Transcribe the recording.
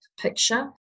picture